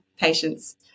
patients